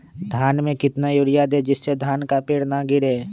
धान में कितना यूरिया दे जिससे धान का पेड़ ना गिरे?